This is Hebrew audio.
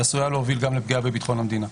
והיא עשויה להוביל גם לפגיעה בביטחון המדינה.